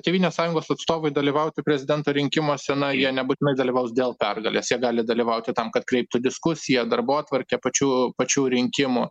tėvynės sąjungos atstovai dalyvauti prezidento rinkimuose na jie nebūtinai dalyvaus dėl pergalės jie gali dalyvauti tam kad kreiptų diskusiją darbotvarkę pačių pačių rinkimų